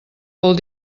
vol